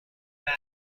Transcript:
دارم